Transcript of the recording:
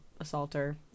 assaulter